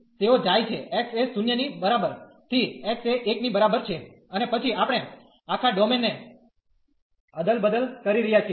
તેઓ જાય છે x એ 0 ની બરાબર થી x એ 1 ની બરાબર છે અને પછી આપણે આખા ડોમેન ને અદલબદલ કરી રહ્યા છીએ